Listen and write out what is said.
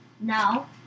No